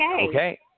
Okay